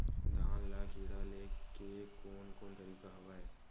धान ल कीड़ा ले के कोन कोन तरीका हवय?